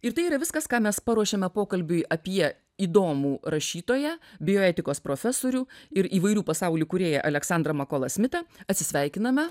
ir tai yra viskas ką mes paruošėme pokalbiui apie įdomų rašytoją bioetikos profesorių ir įvairių pasaulių kūrėją aleksandrą makolą smitą atsisveikiname